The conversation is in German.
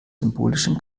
symbolischen